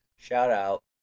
Shout-out